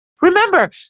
Remember